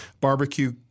barbecue